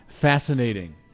fascinating